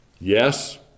Yes